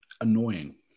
Annoying